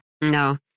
No